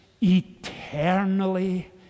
eternally